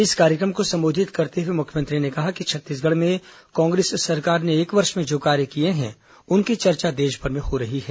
इस कार्यक्रम को संबोधित करते हुए मुख्यमंत्री ने कहा कि छत्तीसगढ़ में कांग्रेस सरकार ने एक वर्ष में जो कार्य किए हैं उनकी चर्चा देशभर में हो रही हैं